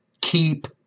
Keep